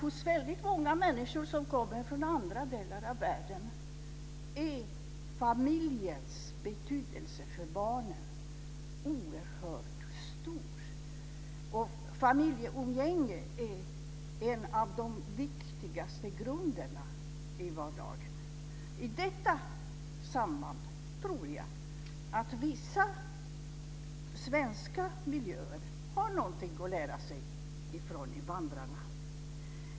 Hos väldigt många människor som kommer från andra delar av världen är familjens betydelse för barnen oerhört stor. Familjeumgänge är en av de viktigaste grunderna i vardagen. I detta sammanhang tror jag att vissa svenska miljöer har någonting att lära sig av invandrarna.